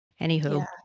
anywho